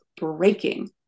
breaking